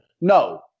No